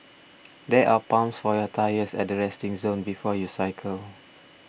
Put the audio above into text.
there are pumps for your tyres at the resting zone before you cycle